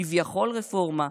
כביכול רפורמה,